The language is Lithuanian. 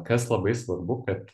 kas labai svarbu kad